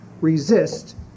resist